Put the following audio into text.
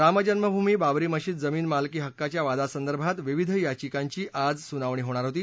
रामजन्मभूमी बाबरी मशीद जमीन मालकी हक्काच्या वादासंदर्भात विविध याविकांची आज सुनावणी होणार होती